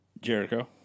Jericho